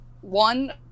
one